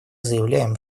заявляем